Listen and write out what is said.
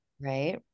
right